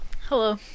Hello